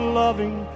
loving